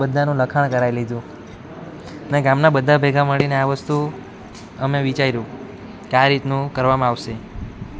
બધાનું લખાણ કરાવી લીધું અને ગામનાં બધાં મળીને આ વસ્તુ અમે વિચાર્યું કે આ રીતનું કરવામાં આવશે